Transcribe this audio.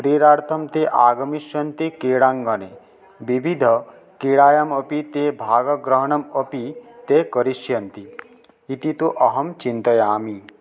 क्रीडार्थं ते आगमिष्यन्ति क्रीडाङ्गणे विविध क्रीडायामपि ते भागग्रहणम् अपि ते करिष्यन्ति इति तु अहं चिन्तयामि